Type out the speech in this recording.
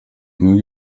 new